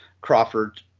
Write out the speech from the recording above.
crawford